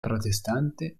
protestante